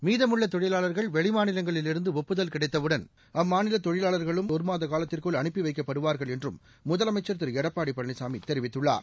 மீதமுள்ள வெளிமாநிலங்களில் இருந்து ஒப்புதல் கிடைக்கப் பெற்றவுடன் அம்மாநில தொழிலாள்களும் ஒருமாத காலத்திற்குள் அனுப்பி வைக்கப்படுவார்கள் என்றும் முதலமைச்சா் திரு எடப்பாடி பழனிசாமி தெரிவித்துள்ளார்